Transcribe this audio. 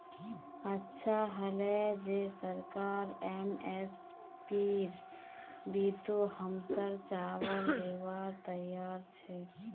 अच्छा हले जे सरकार एम.एस.पीर बितु हमसर चावल लीबार तैयार छ